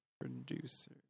producer